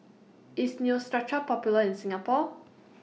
IS Neostrata Popular in Singapore